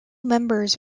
members